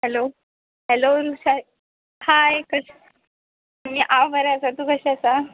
hello hello hi कशें हांव बरें आसा तूं कशें आसा